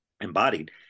embodied